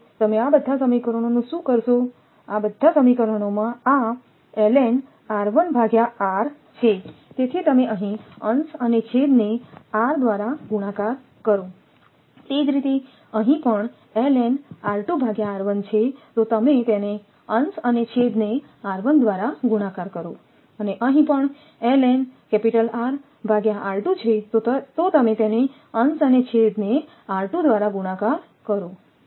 હવે તમે આ બધા સમીકરણોનું શું કરશો આ બધાં સમીકરણમાં આ છેતેથી તમે અહીં અંશ અને છેદને r દ્વારા ગુણાકાર કરો તે જ રીતે અહીં પણ છે તો તમે તેને દ્વારા ગુણાકાર કરો અને અહીં પણ છે તો તમે તેને દ્વારા ગુણાકાર કરો